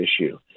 issue